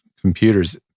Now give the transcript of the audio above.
computers